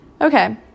okay